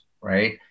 right